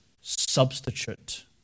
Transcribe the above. substitute